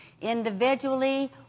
individually